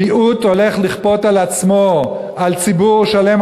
מיעוט הולך לכפות עצמו על ציבור שלם,